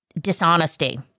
dishonesty